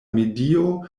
medio